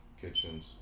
Kitchens